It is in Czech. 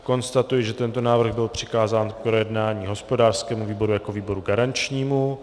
Konstatuji, že tento návrh byl přikázán k projednání hospodářskému výboru jako výboru garančnímu.